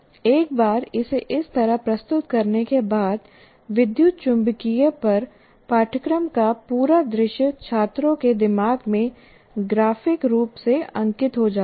एक बार इसे इस तरह प्रस्तुत करने के बाद विद्युतचुंबकीय पर पाठ्यक्रम का पूरा दृश्य छात्रों के दिमाग में ग्राफिक रूप से अंकित हो जाता है